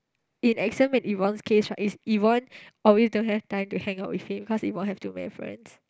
in exam in Yvonne's case right it's Yvonne always don't have time to hang out with him cause Yvonne have too many friends